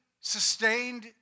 sustained